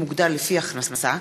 (חישוב דמי לידה לפי ששת החודשים שקדמו ליום הקובע),